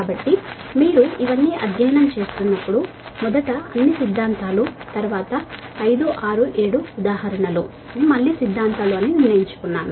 కాబట్టి మీరు ఇవన్నీ అధ్యయనం చేస్తున్నప్పుడు మొదట అన్ని సిద్ధాంతాలు తరువాత 5 6 7 ఉదాహరణలను సిద్ధాంతాలు గా తీసుకున్నాము